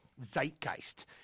zeitgeist